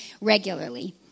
regularly